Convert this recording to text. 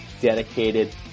dedicated